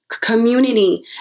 community